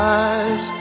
eyes